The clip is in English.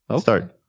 Start